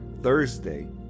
Thursday